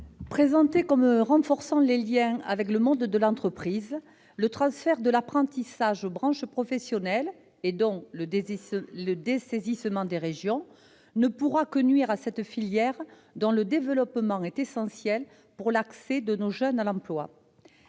Présenté comme devant renforcer les liens avec le monde de l'entreprise, le transfert de l'apprentissage aux branches professionnelles, et donc le dessaisissement des régions, ne pourra que nuire à cette filière dont le développement est essentiel pour l'accès de nos jeunes à l'emploi.